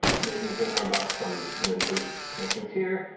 making a few hundred bucks from him and his connections here.